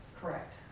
Correct